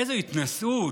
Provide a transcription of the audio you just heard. איזו התנשאות,